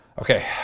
Okay